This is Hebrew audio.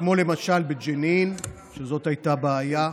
למשל בג'נין, שזאת הייתה בעיה.